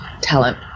talent